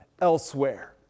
elsewhere